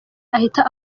ahita